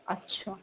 अच्छा